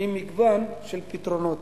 עם מגוון של פתרונות.